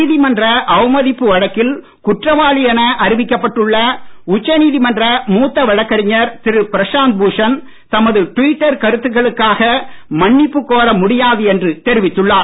நீதிமன்ற அவமதிப்பு வழக்கில் குற்றவாளி என அறிவிக்கப்பட்டுள்ள உச்ச நீதிமன்ற பிரசாந்த் பூஷன் தமது ட்விட்டர் கருத்துகளுக்காக மன்னிப்பு கோர முடியாது என்று தெரிவித்துள்ளார்